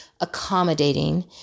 accommodating